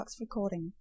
recording